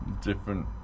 different